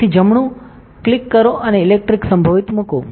તેથી જમણું ક્લિક કરો અને ઇલેક્ટ્રિક સંભવિત મૂકો